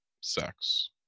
sex